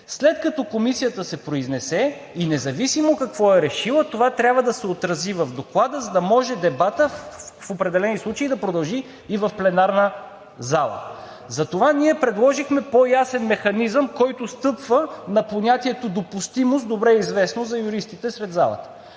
След като комисията се произнесе и независимо какво е решила, това трябва да се отрази в доклада, за да може дебатът в определени случаи да продължи и в пленарната зала. Затова ние предложихме по-ясен механизъм, който стъпва на понятието „допустимост“ – добре известно е за юристите в залата.